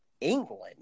england